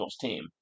team